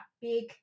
big